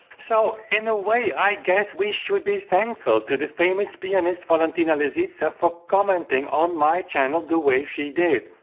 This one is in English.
so in a way i guess we should be thankful to the famous pianist valentina lisitsa for commenting on my channel the way she did.